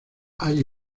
hay